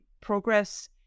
progress